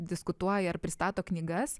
diskutuoja ar pristato knygas